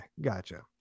Gotcha